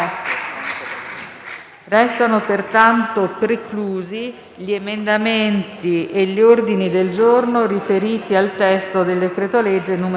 Risultano pertanto preclusi tutti gli emendamenti e gli ordini del giorno riferiti al testo del decreto-legge n. 76.